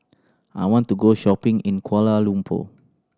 I want to go shopping in Kuala Lumpur